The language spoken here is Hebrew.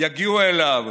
יגיעו אליו.